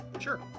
Sure